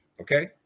Okay